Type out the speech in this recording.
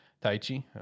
Taichi